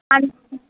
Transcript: అంటే